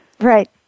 Right